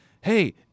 Hey